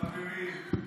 חברים,